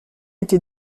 été